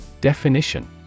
Definition